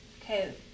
Okay